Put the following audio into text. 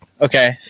Okay